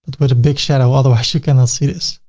with a big shadow, otherwise you cannot see this.